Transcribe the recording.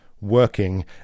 Working